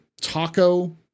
Taco